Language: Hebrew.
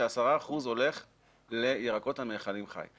ש-10 אחוזים הולכים לירקות הנאכלים חי.